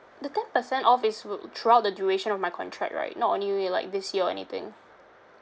the ten percent off is will throughout the duration of my contract right not only like this year or anything